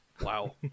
Wow